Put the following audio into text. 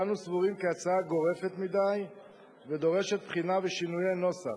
אנו סבורים כי ההצעה גורפת מדי ודורשת בחינה ושינויי נוסח,